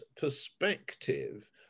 perspective